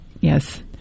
yes